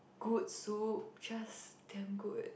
good soup just damn good